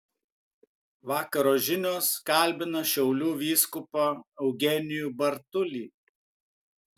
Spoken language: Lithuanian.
vakaro žinios kalbina šiaulių vyskupą eugenijų bartulį